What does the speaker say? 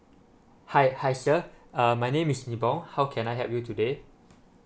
hi hi sir uh my name is nibong how can I help you today